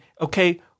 okay